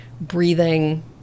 breathing